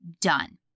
done